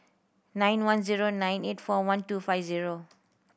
nine one zero nine eight four one two five zero